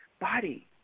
Body